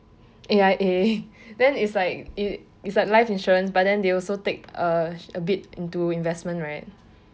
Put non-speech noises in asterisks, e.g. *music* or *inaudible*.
A_I_A *laughs* then it's like it's like life insurance but then they also take uh a bit into investment right